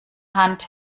hand